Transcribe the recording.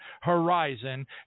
horizon